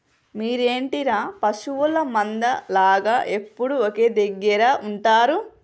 మీరేంటిర పశువుల మంద లాగ ఎప్పుడు ఒకే దెగ్గర ఉంటరు